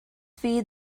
feed